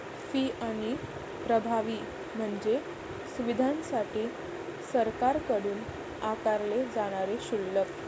fee आणि प्रभावी म्हणजे सुविधांसाठी सरकारकडून आकारले जाणारे शुल्क